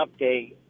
update